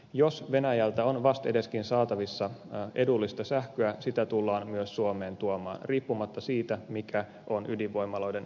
jos venäjältä on vastedeskin saatavissa edullista sähköä sitä tullaan myös suomeen tuomaan riippumatta siitä mikä on ydinvoimaloiden määrä täällä